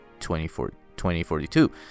2042